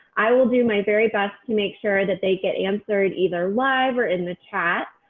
i will do my very best to make sure that they get answered either live or in the chat.